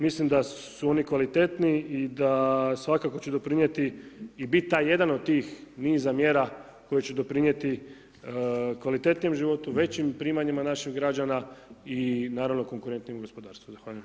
Mislim da su oni kvalitetniji i da svakako će doprinijeti i biti taj jedan od niza mjera koji će doprinijeti kvalitetnijem životu, većim primanjima naših građana i naravno konkurentnijem gospodarstvu.